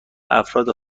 افراد